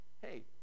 Hey